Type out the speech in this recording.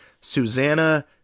Susanna